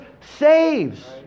saves